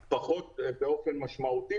אבל באופן ברור אנחנו נמנע תאונות.